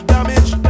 Damage